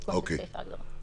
סעיף ההגדרות.